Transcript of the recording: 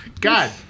God